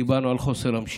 דיברנו על חוסר המשילות,